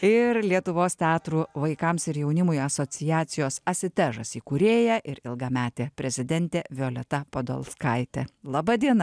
ir lietuvos teatrų vaikams ir jaunimui asociacijos asitežas įkūrėja ir ilgametė prezidentė violeta podolskaitė laba diena